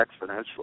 exponentially